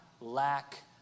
lack